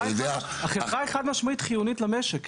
החברה חד משמעית חיונית למשק.